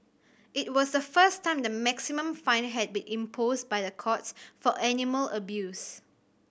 it was the first time the maximum fine had been imposed by the courts for animal abuse